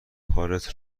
کارت